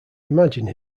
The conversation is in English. imagine